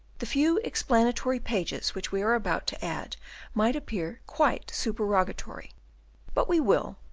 the few explanatory pages which we are about to add might appear quite supererogatory but we will,